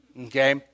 Okay